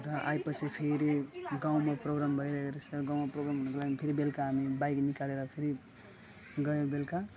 र आएपछि फेरि गाउँमा प्रोग्राम भइरहेको रहेछ गाउँमा प्रोग्राम हुनुको लागि फेरि बेलुका हामी बाइक निकालेर फेरि गयो बेलुका